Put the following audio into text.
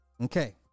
Okay